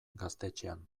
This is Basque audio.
gaztetxean